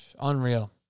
Unreal